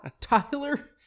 Tyler